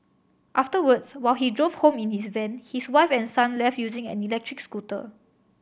afterwards while he drove home in his van his wife and son left using an electric scooter